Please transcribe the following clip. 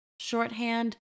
shorthand